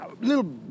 little